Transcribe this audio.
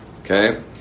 okay